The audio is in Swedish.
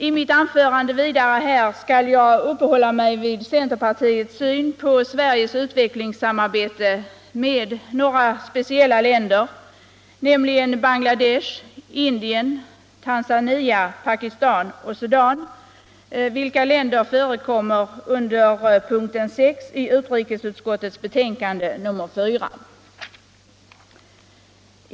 I mitt anförande här skall jag uppehålla mig vid centerpartiets syn på Sveriges utvecklingssamarbete med några speciella länder, nämligen Bangladesh, Indien, Tanzania, Pakistan och Sudan, vilka länder förekommer under punkten 6 i utrikesutskottets betänkande nr 4.